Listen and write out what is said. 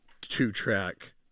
two-track